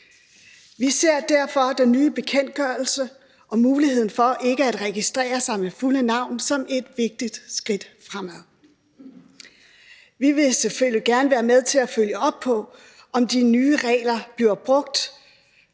Vi ser derfor den nye bekendtgørelse og muligheden for ikke at registrere sig med fulde navn som et vigtigt skridt fremad. Vi vil selvfølgelig gerne være med til at følge op på, om de nye regler bliver brugt,